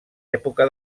època